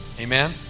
Amen